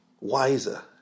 wiser